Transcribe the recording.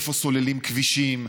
איפה סוללים כבישים,